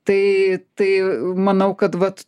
tai tai manau kad vat